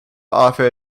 offer